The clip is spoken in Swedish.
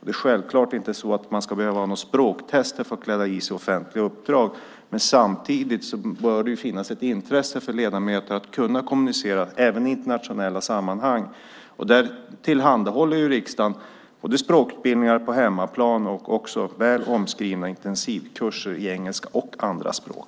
Det är självklart inte så att man ska behöva ha några språktester för att ikläda sig offentliga uppdrag. Samtidigt bör det finnas ett intresse från ledamöter att kunna kommunicera även i internationella sammanhang. Där håller riksdagen både språkutbildningar på hemmaplan och väl omskrivna intensivkurser i engelska och andra språk.